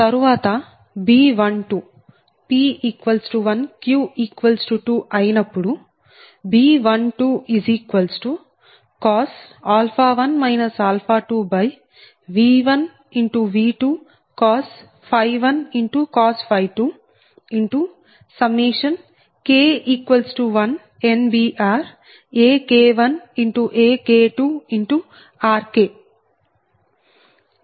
తరువాత B12 p1q2 అయినప్పుడుB12 1 2 V1V2 1 2 K1NBRAK1AK2RK